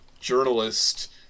journalist